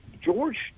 George